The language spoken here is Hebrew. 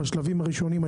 בשלבים הראשונים,